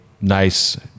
nice